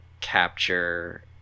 capture